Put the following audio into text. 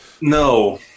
No